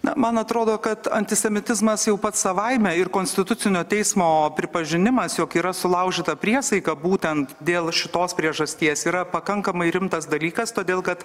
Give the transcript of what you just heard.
na man atrodo kad antisemitizmas jau pats savaime ir konstitucinio teismo pripažinimas jog yra sulaužyta priesaika būtent dėl šitos priežasties yra pakankamai rimtas dalykas todėl kad